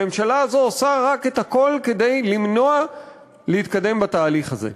הממשלה הזאת עושה הכול כדי למנוע התקדמות בתהליך הזה.